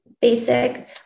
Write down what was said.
basic